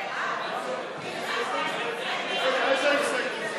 איזו הסתייגות זו?